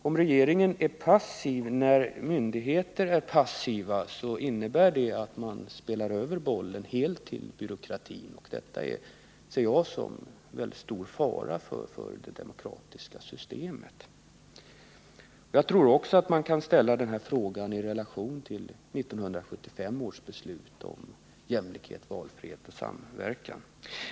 Om regeringen förhåller sig passiv till att myndigheter är passiva, så innebär det att man helt spelar över bollen till byråkratin. Det ser jag som en väldigt stor fara för det demokratiska systemet. Denna fråga kan enligt min mening ställas i relation till 1975 års beslut om jämlikhet, valfrihet och samverkan.